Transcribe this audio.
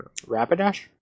Rapidash